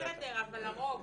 בסדר, אבל הרוב.